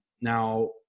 Now